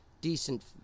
decent